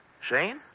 Shane